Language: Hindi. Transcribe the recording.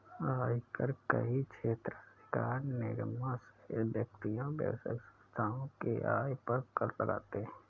आयकर कई क्षेत्राधिकार निगमों सहित व्यक्तियों, व्यावसायिक संस्थाओं की आय पर कर लगाते हैं